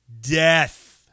death